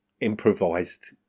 improvised